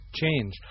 change